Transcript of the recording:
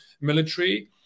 military